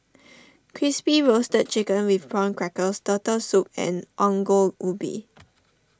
Crispy Roasted Chicken with Prawn Crackers Turtle Soup and Ongol Ubi